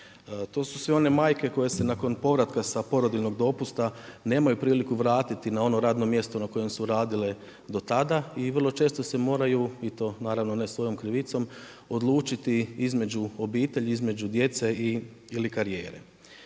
To su sve one majke koje se nakon povratka sa porodiljnog dopusta nemaju priliku vratiti na ono radno mjesto na kojem su radile do tada i vrlo često se moraju i to naravno ne svojom krivicom, odlučiti između obitelji, između djece ili karijere.